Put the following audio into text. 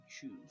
choose